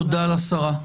תודה לשרה.